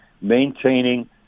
maintaining